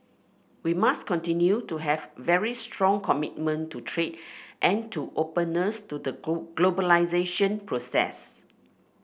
we must continue to have very strong commitment to trade and to openness to the globe globalisation process